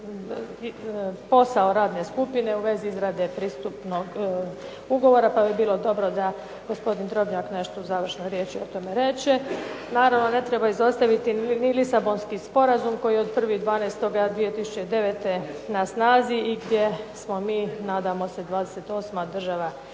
posao radne skupine u vezi izrade pristupnog ugovora, pa bi bilo dobro da gospodin Drobnjak nešto završno nešto o tome kaže. Naravno ne treba izostaviti ni Lisabonski sporazum koji je od 1. 12. 2009. na snazi i gdje smo mi nadamo se 28 država